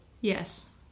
Yes